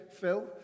Phil